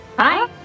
Hi